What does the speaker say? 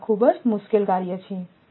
તેથી આ ખૂબ મુશ્કેલ કાર્ય છે